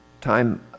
time